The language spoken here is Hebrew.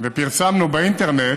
ופרסמנו באינטרנט,